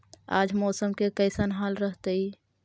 आज मौसम के कैसन हाल रहतइ?